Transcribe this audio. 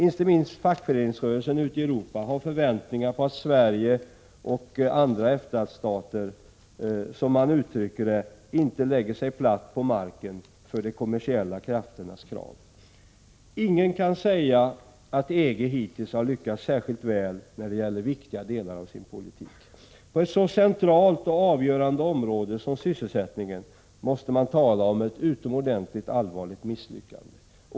Inte minst fackföreningsrörelsen ute i Europa har förväntningar på att Sverige och andra EFTA-stater inte lägger sig platt på marken för de kommersiella krafternas krav, som man uttrycker det. Ingen kan säga att EG hittills har lyckats särskilt väl när det gäller viktiga delar av sin politik. På ett så centralt och avgörande område som sysselsättningen måste man tala om ett utomordentligt allvarligt misslyckande.